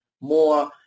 more